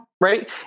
right